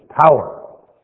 power